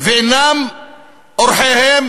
ואינם אורחיהם